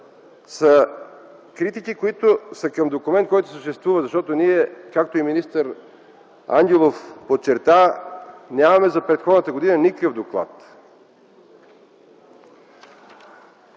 са критики, които са към документ, който съществува, защото ние, както и министър Ангелов подчерта, нямаме за предходната година никакъв доклад.